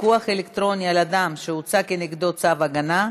פיקוח אלקטרוני על אדם שהוצא נגדו צו הגנה),